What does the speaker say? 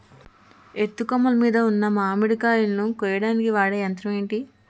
ఎత్తు కొమ్మలు మీద ఉన్న మామిడికాయలును కోయడానికి వాడే యంత్రం ఎంటి?